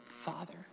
Father